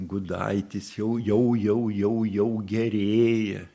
gudaitis jau jau jau jau jau gerėja